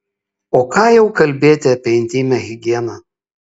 o ką jau kalbėti apie intymią higieną